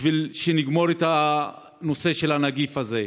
בשביל שנגמור את הנושא של הנגיף הזה.